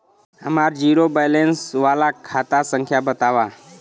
हमार zero balance वाला खाता संख्या वतावा?